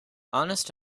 honest